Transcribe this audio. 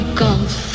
golf